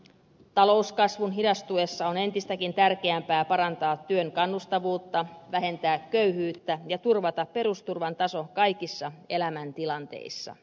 talouskasvun hidastuessa on entistäkin tärkeämpää parantaa työn kannustavuutta vähentää köyhyyttä ja turvata perusturvan taso kaikissa elämäntilanteissa